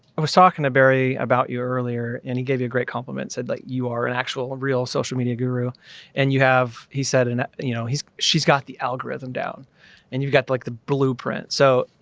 was talking to barry about you earlier and he gave you a great compliment, said like, you are an actual real social media guru and you have, he said, you know, he's, she's got the algorithm down and you've got like the blueprint. so, you